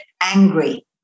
angry